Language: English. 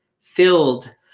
filled